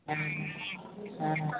हाँ